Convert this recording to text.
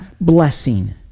blessing